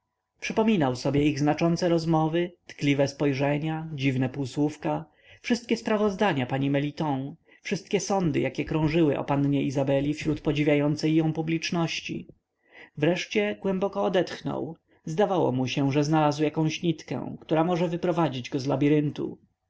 przypominał sobie ich znaczące rozmowy tkliwe spojrzenia dziwne półsłówka wszystkie sprawozdania pani meliton wszystkie sądy jakie krążyły o pannie izabeli wśród podziwiającej ją publiczności wreszcie głęboko odetchnął zdawało mu się że znalazł jakąś nitkę która może wyprowadzić go z